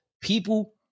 people